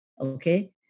okay